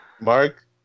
Mark